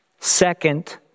Second